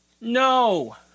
No